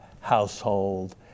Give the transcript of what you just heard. household